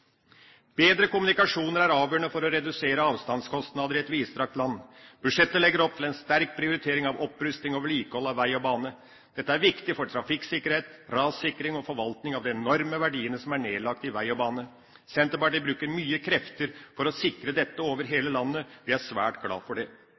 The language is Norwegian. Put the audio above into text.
Bedre kommunikasjon er avgjørende for å redusere avstandskostnader i et vidstrakt land. Budsjettet legger opp til en sterk prioritering av opprustning og vedlikehold av vei og bane. Dette er viktig for trafikksikkerhet, rassikring og forvaltning av de enorme verdiene som er nedlagt i vei og bane. Senterpartiet bruker mye krefter for å sikre dette over